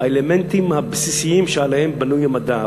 האלמנטים הבסיסיים שעליהם בנוי המדע,